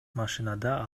машинада